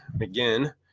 again